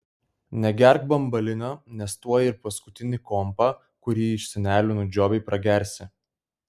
negerk bambalinio nes tuoj ir paskutinį kompą kurį iš senelių nudžiovei pragersi